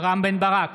רם בן ברק,